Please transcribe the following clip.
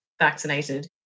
vaccinated